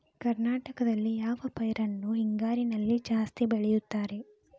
ಕರ್ನಾಟಕದಲ್ಲಿ ಯಾವ ಪೈರನ್ನು ಹಿಂಗಾರಿನಲ್ಲಿ ಜಾಸ್ತಿ ಬೆಳೆಯುತ್ತಾರೆ?